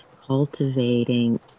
cultivating